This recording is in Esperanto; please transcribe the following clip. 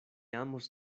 amos